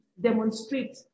demonstrate